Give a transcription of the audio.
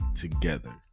together